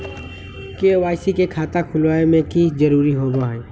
KYC के खाता खुलवा में की जरूरी होई?